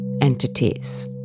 entities